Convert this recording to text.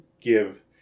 give